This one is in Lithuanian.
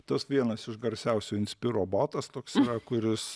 tas vienas iš garsiausių inspirobotas toks yra kuris